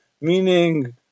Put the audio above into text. Meaning